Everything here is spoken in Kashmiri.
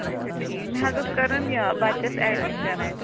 اچھا ٹھیٖک مےٚ حظ اوس کَرُن یہِ بَچَس اٮ۪ڈمِشَن اَتہِ